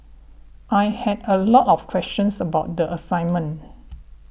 I had a lot of questions about the assignment